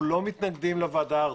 אנחנו לא מתנגדים לוועדה הארצית.